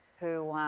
who